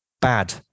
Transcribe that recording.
bad